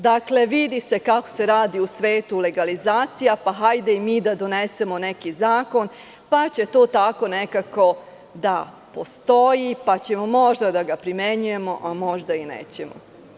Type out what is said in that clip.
Dakle, vidi se kako se radi u svet legalizacija, pa hajde i mi da donesemo neki zakon, pa će to tako nekako da postoji, pa ćemo možda da ga primenjujemo, a možda i nećemo.